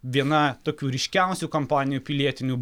viena tokių ryškiausių kampanijų pilietinių